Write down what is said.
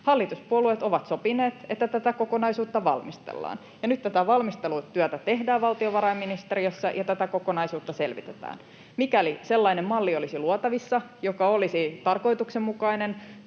Hallituspuolueet ovat sopineet, että tätä kokonaisuutta valmistellaan, ja nyt tätä valmistelutyötä tehdään valtiovarainministeriössä ja tätä kokonaisuutta selvitetään. Mikäli sellainen malli olisi luotavissa, joka olisi tarkoituksenmukainen